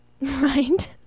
Right